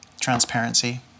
transparency